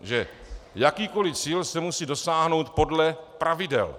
že jakýkoliv cíl se musí dosáhnout podle pravidel.